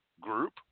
group